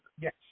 Yes